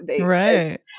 right